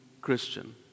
Christian